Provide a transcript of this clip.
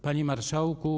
Panie Marszałku!